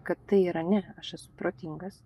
kad tai yra ne aš esu protingas